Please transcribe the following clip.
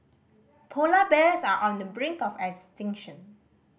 polar bears are on the brink of extinction